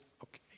Okay